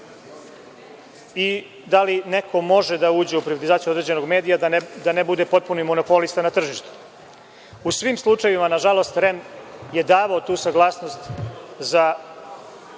i da li neko može da uđe u privatizaciju određenog medija, da ne bude potpuni monopolista na tržištu. U svim slučajevima, nažalost, REM je davao tu saglasnost za